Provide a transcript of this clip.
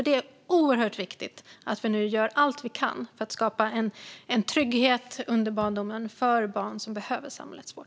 Det är nämligen oerhört viktigt att vi nu gör allt vi kan för att skapa en trygghet under barndomen för de barn som behöver samhällets vård.